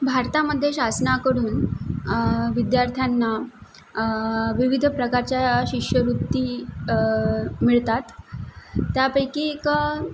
भारतामध्ये शासनाकडून विद्यार्थ्यांना विविध प्रकारच्या शिष्यवृत्ती मिळतात त्यापैकी एक